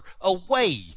away